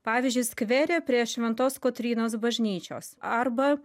pavyzdžiui skvere prie šventos kotrynos bažnyčios arba